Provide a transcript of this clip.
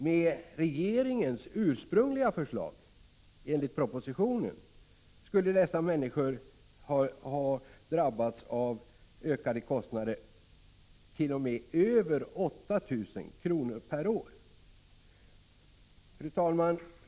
Med regeringens ursprungliga förslag enligt propositionen skulle dessa människor ha drabbats av ökade kostnader på t.o.m. över 8 000 kr. per år. Fru talman!